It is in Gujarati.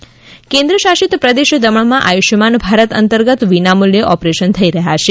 દમણ આયુષ્માન ભારત કેન્દ્રશાસિત પ્રદેશ દમણમાં આયુષ્માન ભારત અંતર્ગત વિના મુલ્યે ઓપરેશન થઈ રહ્યા છે